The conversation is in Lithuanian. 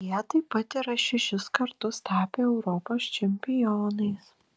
jie taip pat yra šešis kartus tapę europos čempionais